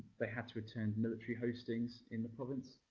they had to attend military hostings in the province.